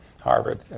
Harvard